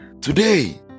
today